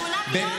כמה?